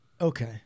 okay